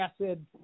acid